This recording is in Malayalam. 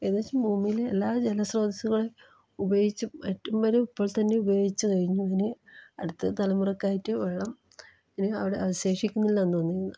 ഏകദേശം ഭൂമിയിലെ എല്ലാ ജലസ്രോതസ്സുകളും ഉപയോഗിച്ച് വറ്റും വരെ ഇപ്പോൾ തന്നെ ഉപയോഗിച്ച് കഴിഞ്ഞു അങ്ങനെ അടുത്ത തലമുറക്കായിട്ട് വെള്ളം അവിടെ അവശേഷിക്കുന്നില്ലെന്ന് തോന്നുന്നു